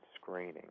screening